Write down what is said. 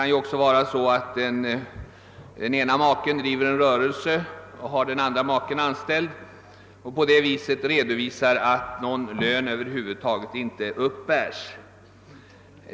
Det kan också vara så att den ena maken driver en rörelse i vilken den andra maken är anställd och att man redovisar att någon lön över huvud taget inte uppbärs.